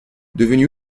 devenu